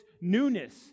newness